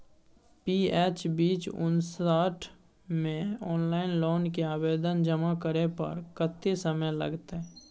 PS बीच उनसठ म ऑनलाइन लोन के आवेदन जमा करै पर कत्ते समय लगतै?